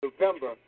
November